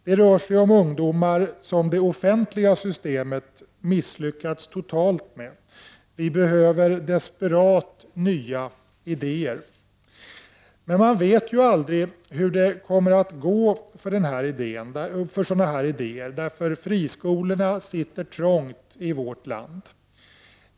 Det rör sig om ungdomar som det offentliga systemet har misslyckats totalt med. Vi är i desperat behov av nya idéer. Men man vet ju aldrig hur det kommer att gå för sådana här idéer, eftersom friskolorna sitter trångt i vårt land.